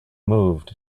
moved